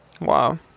wow